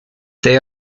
they